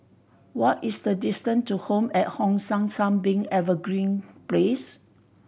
what is the distance to Home at Hong San Sunbeam Evergreen Place